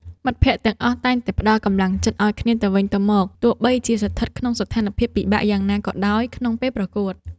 មិត្តភក្តិទាំងអស់តែងតែផ្ដល់កម្លាំងចិត្តឱ្យគ្នាទៅវិញទៅមកទោះបីជាស្ថិតក្នុងស្ថានភាពពិបាកយ៉ាងណាក៏ដោយក្នុងពេលប្រកួត។